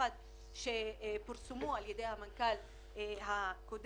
במיוחד שפורסמו על ידי המנכ"ל הקודם,